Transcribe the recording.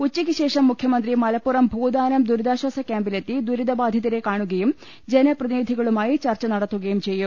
ഉച്ചക്കുശേഷം മുഖ്യമന്ത്രി മലപ്പുറം ഭൂദാനം ദുരിതാ ശ്വാസ കൃാമ്പിലെത്തി ദുരിതബാധിതരെ കാണുകയും ജനപ്രതി നിധികളുമായി ചർച്ച നടത്തുകയും ചെയ്യും